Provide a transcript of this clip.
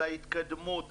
על ההתקדמות,